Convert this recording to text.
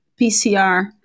PCR